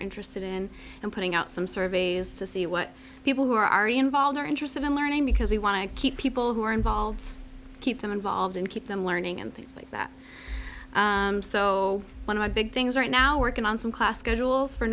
interested in and putting out some surveys to see what people who are involved are interested in learning because we want to keep people who are involved keep them involved and keep them learning and things like that so when i big things right now working on some class schedules for